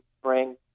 spring